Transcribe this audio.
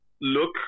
look